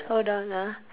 hold on ah